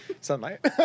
Sunlight